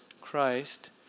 Christ